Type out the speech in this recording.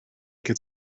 get